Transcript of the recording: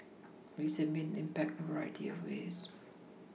these have made an impact in a variety of ways